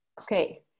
Okay